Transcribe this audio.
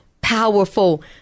powerful